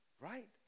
right